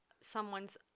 someone's